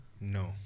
no